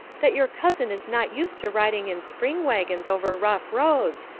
that your cousin is not used to riding in spring waggons over rough roads,